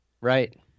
Right